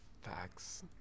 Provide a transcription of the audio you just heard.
Facts